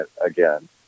again